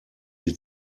die